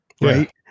right